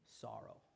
sorrow